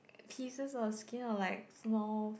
pieces of skin or like more